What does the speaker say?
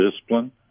discipline